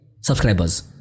Subscribers